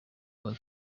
our